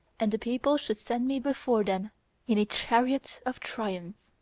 and the people should send me before them in a chariot of triumph.